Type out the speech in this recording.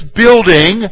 building